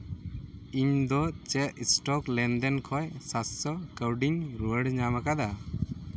ᱤᱧᱫᱚ ᱪᱮᱫ ᱥᱴᱚᱠ ᱞᱮᱱᱫᱮᱱ ᱠᱷᱚᱱ ᱥᱟᱛ ᱥᱚ ᱠᱟᱹᱣᱰᱤᱧ ᱨᱩᱣᱟᱹᱲ ᱧᱟᱢ ᱟᱠᱟᱫᱟ